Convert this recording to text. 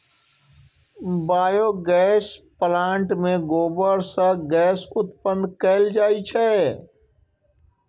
biogas plant मे गोबर सं गैस उत्पन्न कैल जाइ छै